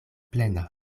plena